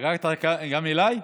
התגעגעת גם אליי?